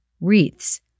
wreaths